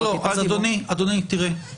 אדוני, פה